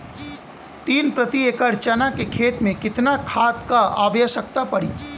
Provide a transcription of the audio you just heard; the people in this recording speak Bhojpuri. तीन प्रति एकड़ चना के खेत मे कितना खाद क आवश्यकता पड़ी?